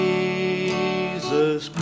Jesus